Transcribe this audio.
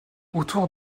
autour